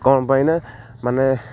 କ'ଣ ପାଇଁ ନା ମାନେ